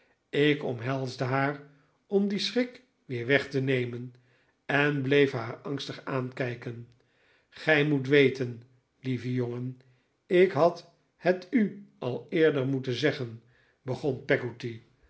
ik omhelsde haar om dien schrik weer weg te nemen en bleef haar angstig aankijken gij moet weten lieve jongen ik had het u al eerder moeten zeggen begon